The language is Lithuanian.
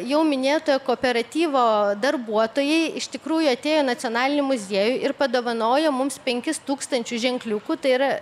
jau minėto kooperatyvo darbuotojai iš tikrųjų atėjo į nacionalinį muziejų ir padovanojo mums penkis tūkstančius ženkliukų tai yra